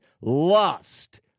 lust